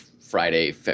Friday